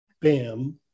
Bam